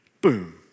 Boom